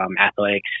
athletics